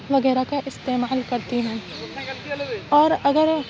وغیرہ کا استعمال کرتی ہیں اور اگر